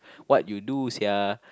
what you do sia